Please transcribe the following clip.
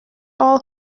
all